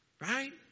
right